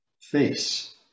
face